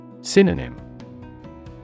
Synonym